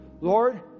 Lord